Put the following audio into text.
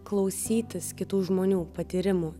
klausytis kitų žmonių patyrimų